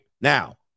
Now